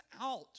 out